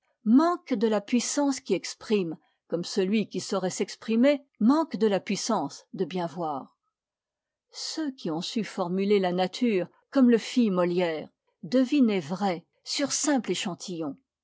manque de la puissance qui exprime comme celui qui saurait s'exprimer manque de la puissance de bien voir ceux qui ont su formuler la nature comme le fit molière devinaient vrai sur simple échantillon